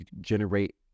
generate